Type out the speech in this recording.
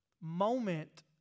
moment